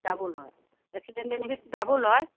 double হয় accident benefit double হয়